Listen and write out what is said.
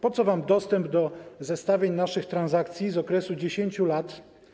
Po co wam dostęp do zestawień naszych transakcji z okresu 10 lat?